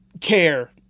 care